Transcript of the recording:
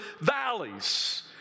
valleys